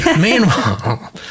meanwhile